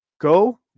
go